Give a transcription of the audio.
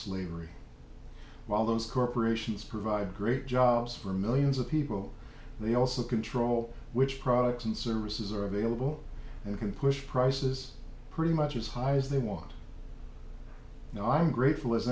slavery while those corporations provide great jobs for millions of people they also control which products and services are available and can push prices pretty much as high as they want i'm grateful as